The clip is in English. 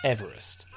Everest